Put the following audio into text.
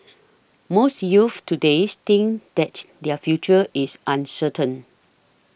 most youths today think that their future is uncertain